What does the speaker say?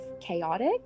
chaotic